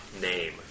name